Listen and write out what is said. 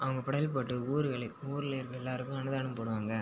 அவங்க படையல் போட்டு ஊர்களில் ஊரில் இருக்க எல்லோருக்கும் அன்னதானம் போடுவாங்க